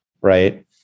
Right